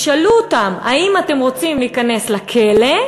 ישאלו אותם, האם אתם רוצים להיכנס לכלא,